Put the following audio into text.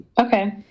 Okay